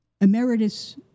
Emeritus